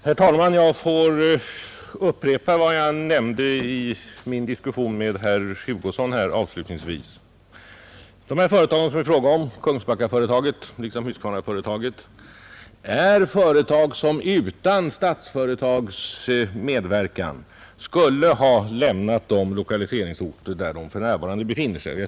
Herr talman! Jag får upprepa vad jag nämnde avslutningsvis i min diskussion med herr Hugosson. De företag som det här är fråga om — Kungsbackaföretaget och Huskvarnaföretaget — skulle utan Statsföretags medverkan ha lämnat de lokaliseringsorter där de för närvarande befinner sig.